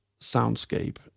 soundscape